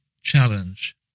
challenge